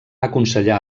aconsellar